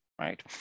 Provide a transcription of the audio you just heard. Right